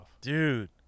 Dude